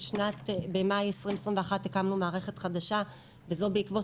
במאי 2021 הקמנו מערכת חדשה וזה בעקבות